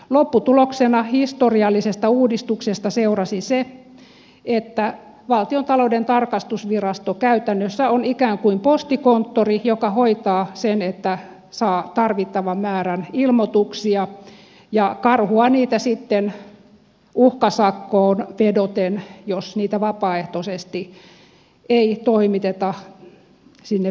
lopputuloksena historiallisesta uudistuksesta seurasi se että valtiontalouden tarkastusvirasto käytännössä on ikään kuin postikonttori joka hoitaa sen että saa tarvittavan määrän ilmoituksia ja karhuaa niitä sitten uhkasakkoon vedoten jos niitä vapaaehtoisesti ei toimiteta sinne virastoon